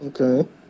Okay